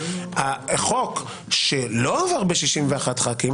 חוק שלא עבר ב-61 חברי כנסת